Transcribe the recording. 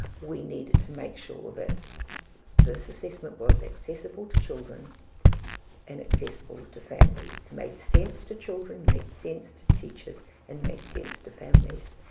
we needed to make sure that this assessment was accessible to children and accessible to families. it made sense to children, made sense to teachers and made sense to families.